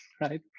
Right